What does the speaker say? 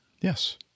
Yes